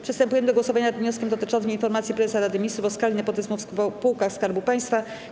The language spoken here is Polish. Przystępujemy do głosowania nad wnioskiem dotyczącym informacji Prezesa Rady Ministrów o skali nepotyzmu w spółkach skarbu państwa.